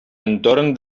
entorn